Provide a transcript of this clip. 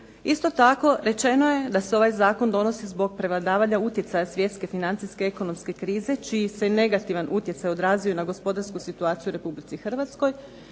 Isto tako rečeno je da se ovaj zakon donosi zbog prevladavanja utjecaja svjetske financijske ekonomske krize čiji se negativan utjecaj odrazio na gospodarsku situaciju u RH te da se